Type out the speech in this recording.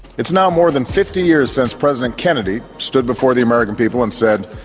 it's now more than fifty years since president kennedy stood before the american people and said,